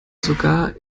sogar